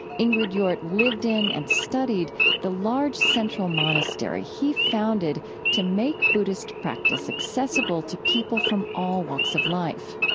ingrid jordt lived in and studied the large central monastery he founded to make buddhist practice accessible to people from all walks of life.